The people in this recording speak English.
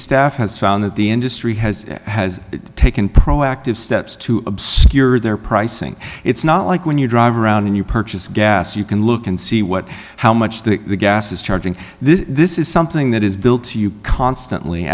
staff has found that the industry has has taken proactive steps to obscure their pricing it's not like when you drive around and you purchase gas you can look and see what how much the gas is charging this is something that is billed to you constantly